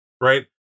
right